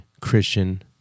Christian